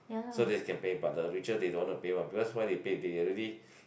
so they can pay but the richer they don't want to pay mah because why they pay they already